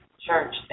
church